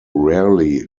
rarely